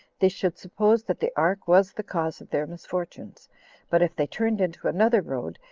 they should suppose that the ark was the cause of their misfortunes but if they turned into another road,